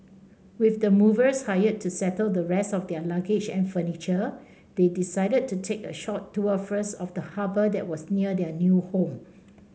with the movers hired to settle the rest of their luggage and furniture they decided to take a short tour first of the harbour that was near their new home